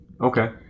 Okay